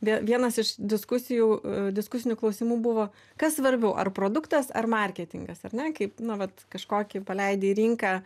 vie vienas iš diskusijų diskusinių klausimų buvo kas svarbiau ar produktas ar marketingas ar ne kaip na vat kažkokį paleidi į rinką